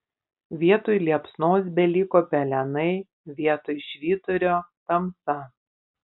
vietoj liepsnos beliko pelenai vietoj švyturio tamsa